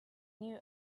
new